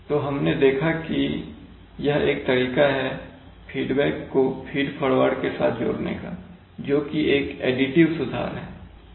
तो हमने देखा कि यह एक तरीका है फीडबैक को फीड फॉरवर्ड के साथ जोड़ने का जोकि एक एडिटिव सुधार की तरह है